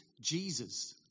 Jesus